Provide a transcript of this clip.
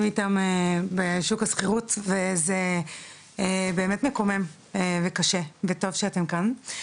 איתם בשוק השכירות וזה באמת מקומם וקשה וטוב שאתם כאן.